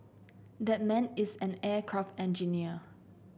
that man is an aircraft engineer